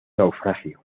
naufragio